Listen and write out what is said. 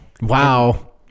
wow